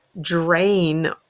drain